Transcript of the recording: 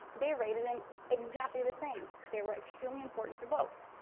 they rated it exactly the same. they were extremely important to both.